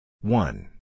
one